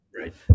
Right